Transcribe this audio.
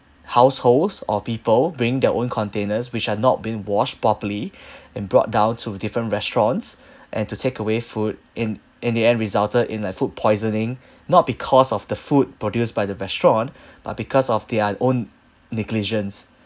households or people bringing their own containers which had not been washed properly and brought down to different restaurants and to take away food in in the end resulted in like food poisoning not because of the food produced by the restaurant but because of their own negligence